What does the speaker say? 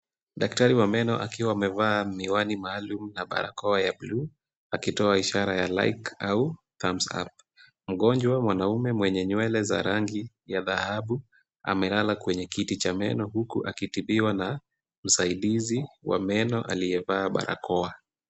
Daktari wa meno akiwa amevaa miwani maalum na barakoa ya bluu, akitoa ishara ya like au thumbs up .Mgonjwa mwanaume mwenye nywele za rangi ya dhahabu amelala kwenye kiti cha meno huku akitibiwa na msaidizi wa meno aliyevaa barakoa.